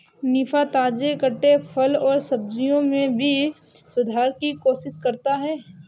निफा, ताजे कटे फल और सब्जियों में भी सुधार की कोशिश करता है